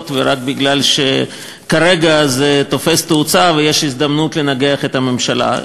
ורק כי כרגע זה תופס תאוצה ויש הזדמנות לנגח את הממשלה,